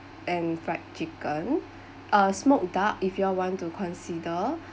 and fried chicken uh smoked duck if you all want to consider